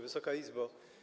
Wysoka Izbo!